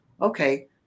okay